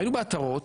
היו בעטרות